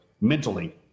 mentally